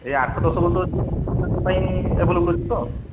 ଏଇ ଆଠ ଦଶ ବର୍ଷର ଝିଅ ପିଲାଙ୍କ ପାଇଁ ଆଭେଲେବୁଲ୍ ଅଛି ତ